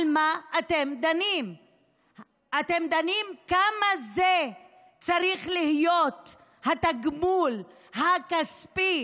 אתם דנים כמה צריך להיות התגמול הכספי